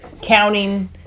counting